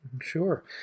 Sure